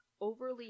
overly